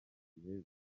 bari